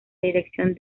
dirección